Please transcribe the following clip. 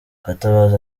gatabazi